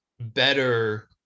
better